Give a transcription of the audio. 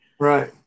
right